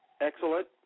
Excellent